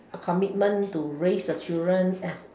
a commitment to raise the children as